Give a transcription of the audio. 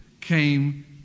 came